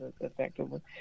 effectively